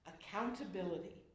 Accountability